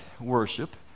worship